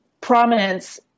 prominence